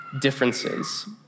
differences